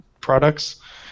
products